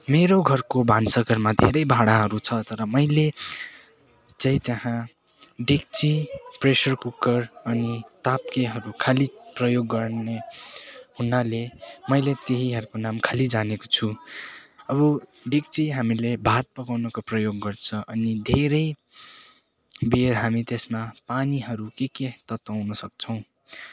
मेरो घरको भान्साघरमा धेरै भाँडाहरू छ तर मैले चाहिँ त्यहाँ डेक्ची प्रेसर कुकर अनि ताप्केहरू खालि प्रयोग गर्ने हुनाले मैले त्यहीहरूको नाम खालि जानेको छु अब डेक्ची हामीले भात पकाउनको प्रयोग गर्छ अनि धेरैबेर हामी त्यसमा पानीहरू के के तताउन सक्छौँ